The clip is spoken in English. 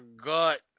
gut